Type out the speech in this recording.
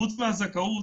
חוץ מהזכאות,